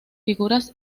figuras